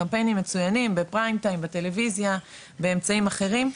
אלה קמפיינים מצוינים בפריים-טיים בטלוויזיה ובאמצעים אחרים.